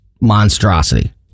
monstrosity